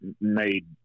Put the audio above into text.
made